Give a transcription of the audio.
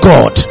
God